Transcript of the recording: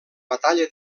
batalla